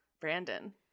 Brandon